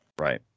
Right